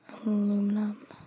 Aluminum